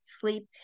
sleep